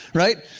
right?